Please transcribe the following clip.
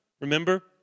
Remember